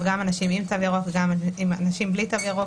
גם אנשים עם תו ירוק וגם בלי תו ירוק,